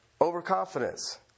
Overconfidence